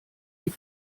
die